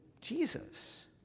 Jesus